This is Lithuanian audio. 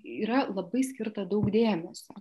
yra labai skirta daug dėmesio